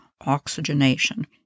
oxygenation